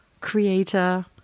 Creator